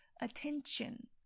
attention